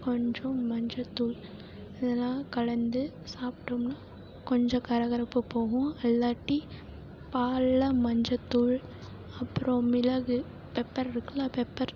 கொஞ்சம் மஞ்சத்தூள் இதெல்லாம் கலந்து சாப்பிட்டோம்னா கொஞ்சம் கரகரப்பு போகும் இல்லாட்டி பாலில் மஞ்சத்தூள் அப்புறம் மிளகு பெப்பர் இருக்குதுல பெப்பர்